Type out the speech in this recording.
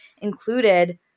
included